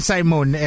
Simon